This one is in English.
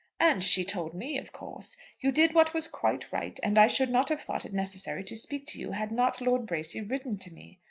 and she told me, of course. you did what was quite right, and i should not have thought it necessary to speak to you had not lord bracy written to me.